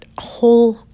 whole